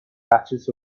patches